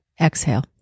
exhale